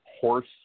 horse